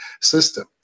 system